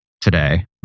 today